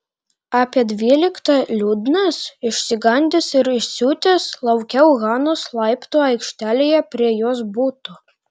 apie dvyliktą liūdnas išsigandęs ir įsiutęs laukiau hanos laiptų aikštelėje prie jos buto